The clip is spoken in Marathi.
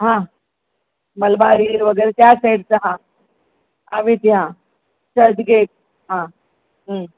हां मलबार हिल वगैरे त्या साईडचा हां हां व्ही टी हां चर्चगेट हां